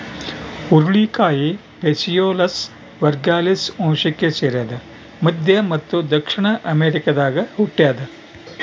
ಹುರುಳಿಕಾಯಿ Phaseolus vulgaris ವಂಶಕ್ಕೆ ಸೇರಿದ ಮಧ್ಯ ಮತ್ತು ದಕ್ಷಿಣ ಅಮೆರಿಕಾದಾಗ ಹುಟ್ಯಾದ